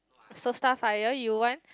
so Starfire you want